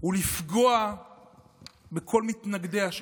הוא לפגוע בכל מתנגדי השלום.